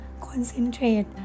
concentrate